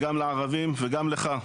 גם לערבים וגם לך,